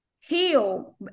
heal